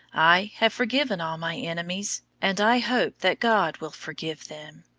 i have forgiven all my enemies, and i hope that god will forgive them.